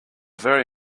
very